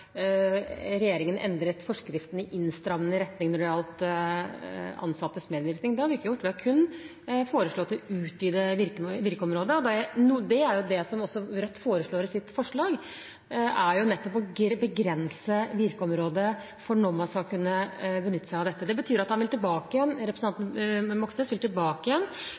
regjeringen endret forskriften i innstrammende retning når det gjelder ansattes medvirkning. Det har vi ikke gjort, vi har kun foreslått å utvide virkeområdet. Og det som Rødt foreslår i sitt forslag, er jo nettopp å begrense virkeområdet for når man skal kunne benytte seg av dette. Det betyr at representanten Moxnes vil tilbake igjen